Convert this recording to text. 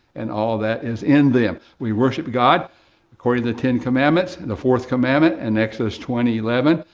and all that is in them. we worship god according to the ten commandments, the fourth commandment in exodus twenty eleven,